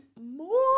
more